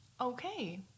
Okay